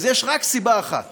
אז יש רק סיבה אחת